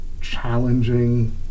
challenging